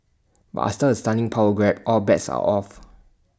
but A stunning power grab all bets are off